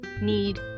need